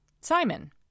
Simon